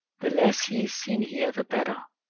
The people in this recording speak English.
the less he is seen here the better.